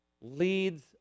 leads